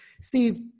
Steve